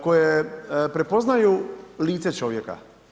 Koje prepoznaju lice čovjeka.